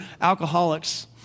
alcoholics